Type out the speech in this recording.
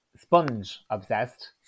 sponge-obsessed